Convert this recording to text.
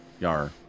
Yar